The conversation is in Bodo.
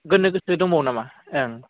गोनो गोथो दंबावो नामा ओं